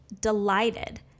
delighted